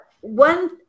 one